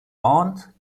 aunt